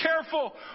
careful